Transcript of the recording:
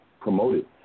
promoted